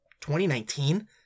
2019